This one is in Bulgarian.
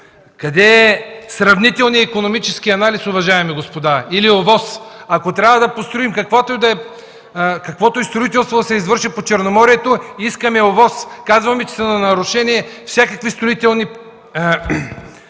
Къде е сравнителният икономически анализ, уважаеми господа? Или ОВОС?! Каквото и строителство да се извърши по Черноморието, искаме ОВОС, казваме, че са нарушени всякакви строителни